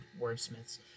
wordsmiths